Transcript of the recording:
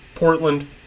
Portland